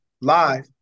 live